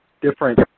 different